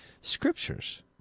scriptures